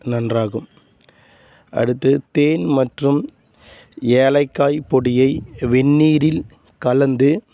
நன்றாகும் அடுத்து தேன் மற்றும் ஏலக்காய் பொடியை வெந்நீரில் கலந்து